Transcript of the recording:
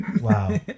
Wow